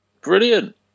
Brilliant